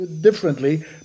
differently